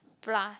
plus